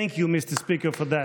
Thank you, Mr. Speaker, for that.